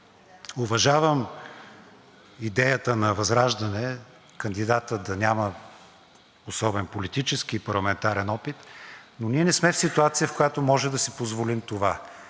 Уважавам идеята на ВЪЗРАЖДАНЕ кандидатът да няма особен политически и парламентарен опит, но ние не сме в ситуация, в която можем да си позволим това.